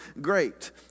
great